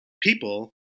people